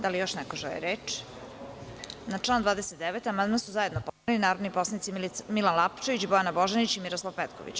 Da li neko želi reč? (Ne.) Na član 29. amandman su zajedno podneli narodni poslanici Milan Lapčević, Bojana Božanić i Miroslav Petković.